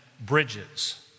bridges